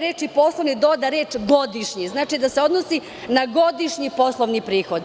reči: "poslovni", doda reč: "godišnji", odnosno da se odnosi na godišnji poslovni prihod.